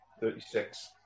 Thirty-six